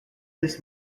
this